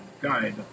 guide